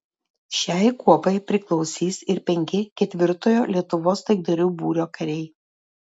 šiai kuopai priklausys ir penki ketvirtojo lietuvos taikdarių būrio kariai